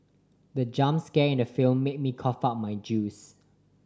the jump scare in the film made me cough out my juice